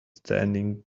standing